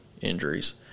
injuries